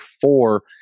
four